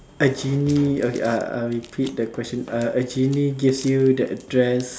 a genie uh repeat the question uh a genie gives you the address